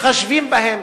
מתחשבים בהן.